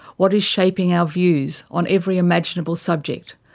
what is shaping our views on every imaginable subject,